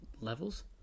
levels